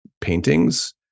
paintings